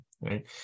right